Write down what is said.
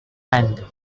end